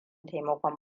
taimakon